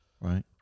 right